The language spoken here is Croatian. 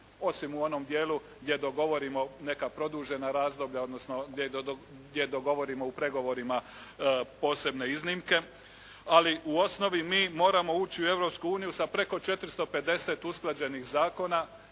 osim u onom dijelu gdje dogovorimo neka produžena razdoblja odnosno gdje dogovorimo u pregovorima posebne iznimke. Ali u osnovi mi moramo ući u Europsku uniju sa preko 450 usklađenih zakona